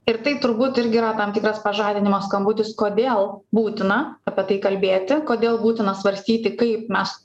ir tai turbūt irgi yra tam tikras pažadinimo skambutis kodėl būtina apie tai kalbėti kodėl būtina svarstyti kaip mes